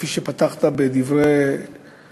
כפי שפתחת בדבריך,